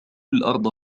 الأرض